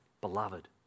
beloved